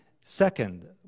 Second